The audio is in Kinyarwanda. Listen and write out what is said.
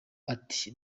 ati